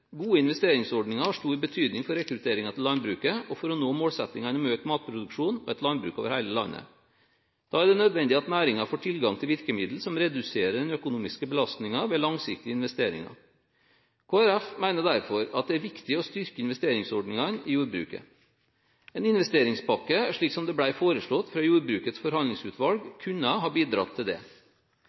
Gode investeringsordninger har stor betydning for rekrutteringen til landbruket og for å nå målsettingene om økt matproduksjon og et landbruk over hele landet. Da er det nødvendig at næringen får tilgang til virkemidler som reduserer den økonomiske belastningen ved langsiktige investeringer. Kristelig Folkeparti mener derfor at det er viktig å styrke investeringsordningene i jordbruket. En investeringspakke, slik som det ble foreslått fra Jordbrukets forhandlingsutvalg, kunne ha bidratt til det.